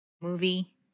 movie